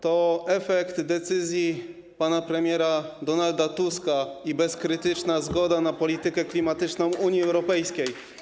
To efekt decyzji pana premiera Donalda Tuska i bezkrytyczna zgoda na politykę klimatyczną Unii Europejskiej.